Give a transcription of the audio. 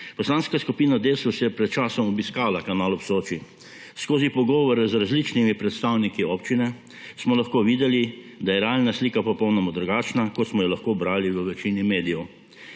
Poslanska skupina Desus je pred časom obiskala Kanal ob Soči. Skozi pogovore z različnimi predstavniki občine smo lahko videli, da je realna slika popolnoma drugačna, kot smo jo lahko brali v večini medijev.